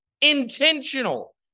Intentional